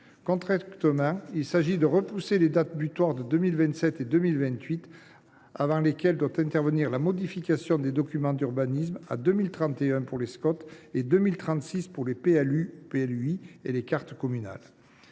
Concrètement, il s’agit de repousser les dates butoirs de 2027 et 2028 avant lesquelles doit intervenir la modification des documents d’urbanisme, à 2031 pour les Scot et à 2036 pour les PLUi et les cartes communales.